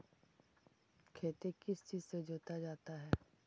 खेती किस चीज से जोता जाता है?